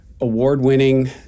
award-winning